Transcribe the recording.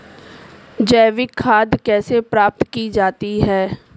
जैविक खाद कैसे प्राप्त की जाती है?